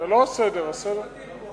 יש כאן הצעת חוק ממשלתית והצעות חוק פרטיות.